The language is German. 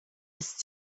ist